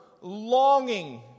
longing